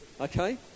Okay